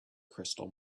crystal